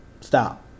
Stop